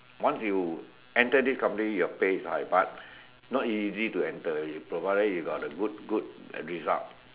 once you enter this company your pay is high but not easy to enter already provided you got the good good result